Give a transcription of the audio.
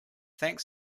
thanks